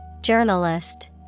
Journalist